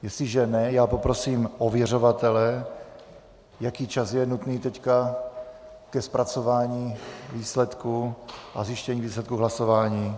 Jestliže ne, poprosím ověřovatele, jaký čas je teď nutný ke zpracování výsledků a zjištění výsledků hlasování.